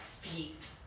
feet